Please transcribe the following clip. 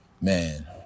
man